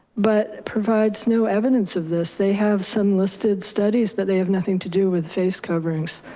but provides no evidence of this. they have some listed studies but they have nothing to do with face coverings.